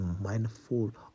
mindful